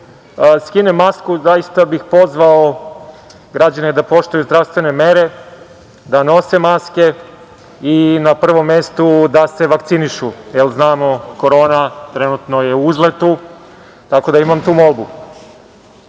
skinem masku zaista bih pozvao građane da poštuju zdravstvene mere, da nose maske i na prvom mestu da se vakcinišu, jer znamo da je korona trenutno u uzletu, tako da imam tu